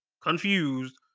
confused